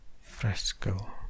fresco